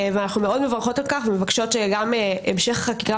אנחנו מאוד מברכות על כך ומבקשות שגם המשך החקיקה